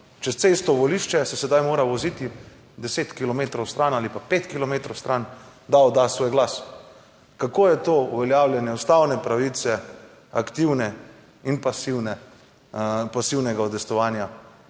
čez cesto volišče, se sedaj mora voziti 10 kilometrov stran ali pa 5 kilometrov stran, da odda svoj glas. Kako je to uveljavljanje ustavne pravice aktivnega in pasivnega udejstvovanja